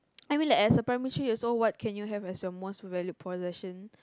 I mean like as a primary three years old what could you have as your most valued possession